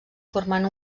formant